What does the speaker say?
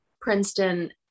Princeton